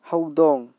ꯍꯧꯗꯣꯡ